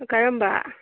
ꯀꯔꯝꯕ